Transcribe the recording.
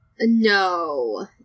No